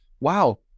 wow